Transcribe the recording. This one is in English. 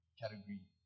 category